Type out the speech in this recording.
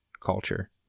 culture